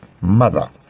mother